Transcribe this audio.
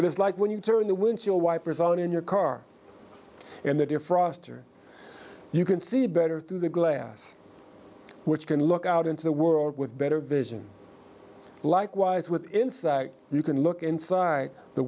more it's like when you turn the windshield wipers on in your car and the defroster you can see better through the glass which can look out into the world with better vision likewise with inside you can look inside the